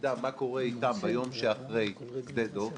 שנדע מה קורה איתם ביום שאחרי שדה דב,